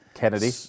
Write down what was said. Kennedy